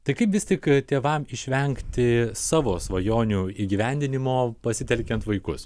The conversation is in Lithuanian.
tai kaip vis tik tėvam išvengti savo svajonių įgyvendinimo pasitelkiant vaikus